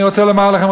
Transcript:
אני רוצה לומר לכם,